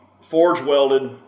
forge-welded